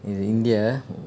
in india